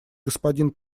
господин